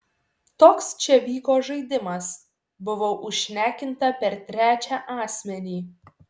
toks čia vyko žaidimas buvau užšnekinta per trečią asmenį